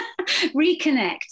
reconnect